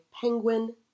Penguin